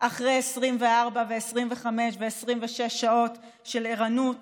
אחרי 24 ו-25 ו-26 שעות של ערנות